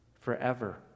Forever